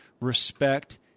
respect